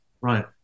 right